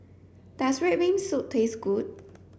does red bean soup taste good